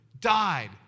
died